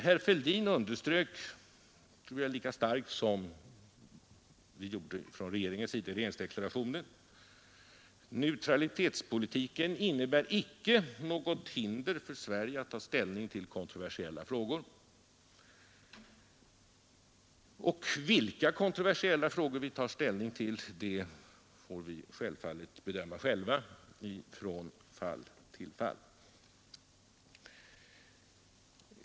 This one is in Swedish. Herr Fälldin underströk — och jag tror att han gjorde det lika starkt som vi har gjort det i regeringsdeklarationen — att neutralitetspolitiken icke innebär något hinder för Sverige att ta ställning i kontroversiella frågor. Vilka kontroversiella frågor vi tar ställning till det får vi givetvis bedöma själva från fall till fall.